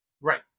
Right